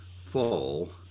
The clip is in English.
fall